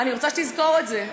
אני רוצה שתזכור את זה.